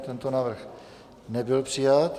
Tento návrh nebyl přijat.